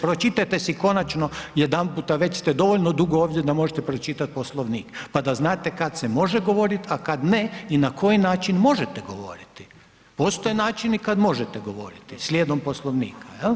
Pročitajte si konačno jedanputa, već ste dovoljno dugo ovdje da možete pročitat Poslovnik, pa da znate kad se može govorit, a kad ne i na koji način možete govoriti, postoje načini kad možete govoriti slijedom Poslovnika, jel?